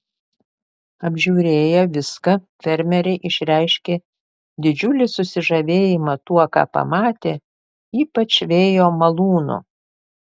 apžiūrėję viską fermeriai išreiškė didžiulį susižavėjimą tuo ką pamatė ypač vėjo malūnu